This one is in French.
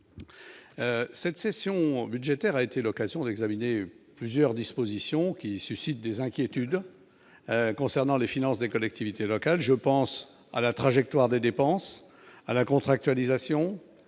cette session budgétaire, a été l'occasion d'examiner plusieurs dispositions qui suscitent des inquiétudes concernant les finances des collectivités locales, je pense à la trajectoire des dépenses à la contractualisation